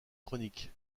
chroniques